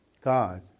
God